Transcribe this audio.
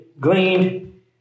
gleaned